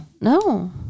No